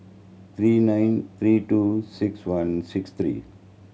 three nine three two six one six three